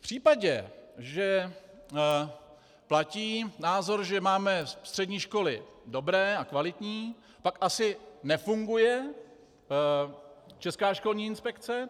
V případě, že platí názor, že máme střední školy dobré a kvalitní, pak asi nefunguje Česká školní inspekce.